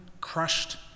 crushed